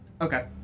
Okay